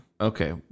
Okay